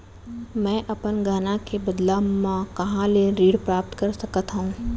मै अपन गहना के बदला मा कहाँ ले ऋण प्राप्त कर सकत हव?